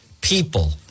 people